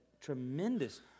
tremendous